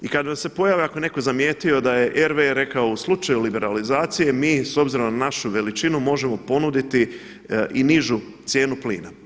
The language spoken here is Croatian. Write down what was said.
I kad vam se pojave, ako je netko primijetio da je RW rekao u slučaju liberalizacije mi s obzirom na našu veličinu možemo ponuditi i nižu cijenu plina.